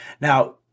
Now